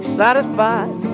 satisfied